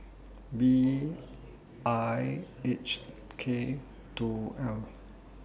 B I H K two L